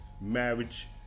Marriage